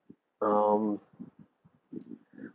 um